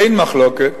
אין מחלוקת,